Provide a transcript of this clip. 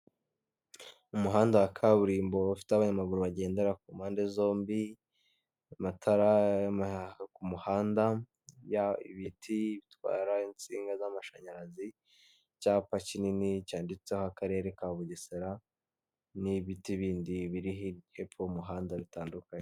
Umuhanda wa kaburimbo ufite abanyamaguru bagendera ku mpande zombi amatara ku muhanda ibiti bitwara insinga z'amashanyarazi icyapa kinini cyanditseho akarere ka bugesera n'ibiti, ibindi biri hepfo umuhanda bitandukanye.